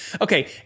Okay